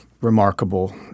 remarkable